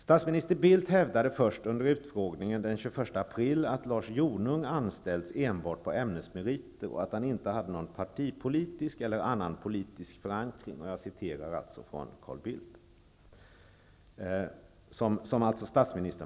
Statsminister Bildt hävdade först under utfrågningen den 21 april att Lars Jonung anställts enbart på ämnesmeriter ''och har ingen partipolitisk eller annan politisk förankring som jag är medveten om'' -- jag citerar alltså Carl Bildt.